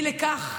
אי לכך,